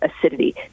acidity